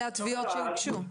אלה התביעות שהוגשו.